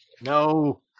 no